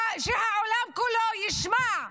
שהעולם כולו ישמע: